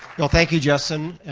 well, thank you, justin.